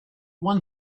one